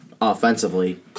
offensively